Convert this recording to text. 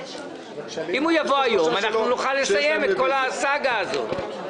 אם הוא יבוא היום נוכל לסיים את כל הסאגה הזאת.